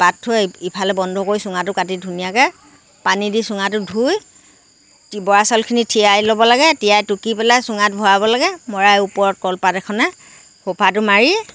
বাট থৈ ইফালে বন্ধ কৰি চুঙাটো কাটি ধুনীয়াকৈ পানী দি চুঙাটো ধুই বৰা চাউলখিনি তিয়াই ল'ব লাগে তিয়াই টুকি পেলাই চুঙাত ভৰাব লাগে ভৰাই কলপাত এখনেৰে সোপাটো মাৰি